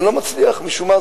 זה לא מצליח משום מה.